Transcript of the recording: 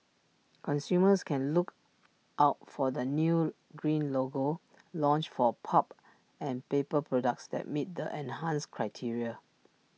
consumers can look out for the new green logo launched for pulp and paper products that meet the enhanced criteria